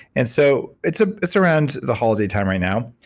and so, it's ah it's around the holiday time right now.